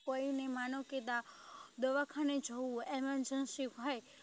કોઈને માનો કે દવાખાને જવું હોય એમર્જન્સી હોય